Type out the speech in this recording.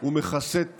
ומכסה טפחיים",